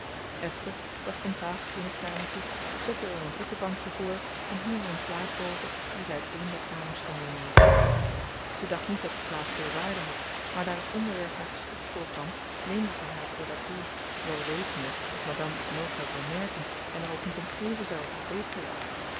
esther bracht een tafeltje in het kamertje zette er een voetenbankje voor en hing er een plaat boven die ze uit een der kamers genomen had zij dacht niet dat die plaat veel waarde had maar daar het onderwerp haar geschikt voorkwam leende zij haar voor dat doel wel wetende dat madame het nooit zou bemerken en er ook niet om geven zou